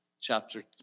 chapter